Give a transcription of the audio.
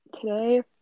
Today